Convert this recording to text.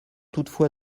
toutefois